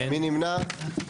מי נמנע?